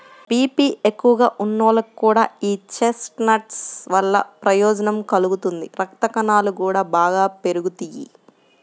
BP ఎక్కువగా ఉన్నోళ్లకి కూడా యీ చెస్ట్నట్స్ వల్ల ప్రయోజనం కలుగుతుంది, రక్తకణాలు గూడా బాగా పెరుగుతియ్యి